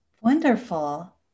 Wonderful